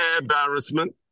embarrassment